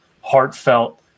heartfelt